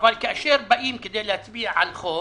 אבל כאשר באים להצביע על הצעת חוק